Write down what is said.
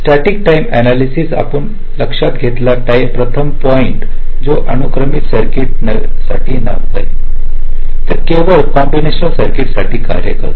static time analysis आपण लक्षात घेतलेला प्रथम पॉईंट तो अनुक्रमित सर्किट साठी नव्हे तर केवळ कॉम्बिनेशनल सर्किट साठी कार्य करतो